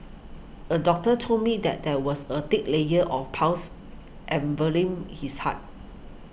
a doctor told me that there was a thick layer of pus enveloping his heart